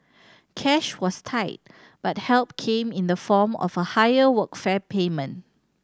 cash was tight but help came in the form of a higher workfare payment